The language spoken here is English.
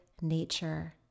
nature